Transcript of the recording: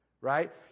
Right